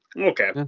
Okay